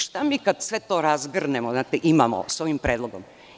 Šta mi kada sve to razgrnemo, znate, imamo s ovim predlogom?